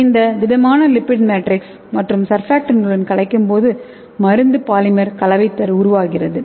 இது திடமான lipid matrix மற்றும் சர்பாக்டான்டுடன் கலக்கும்போது மருந்து பாலிமர் கலவை உருவாகிறது